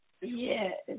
Yes